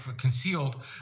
concealed